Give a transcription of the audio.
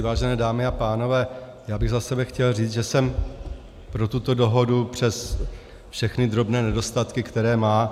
Vážené dámy a pánové, já bych za sebe chtěl říct, že jsem pro tuto dohodu přes všechny drobné nedostatky, které má.